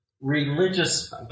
religious